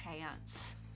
chance